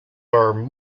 are